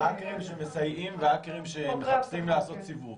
האקרים שמסייעים והאקרים שמחפשים לעשות סיבוב.